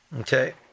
okay